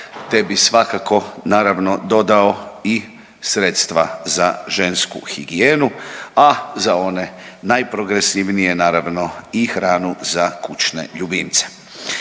te bih svakako naravno dodao i sredstva za žensku higijenu, a za one najprogresivnije naravno i hranu za kućne ljubimce.